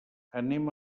anem